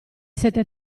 sette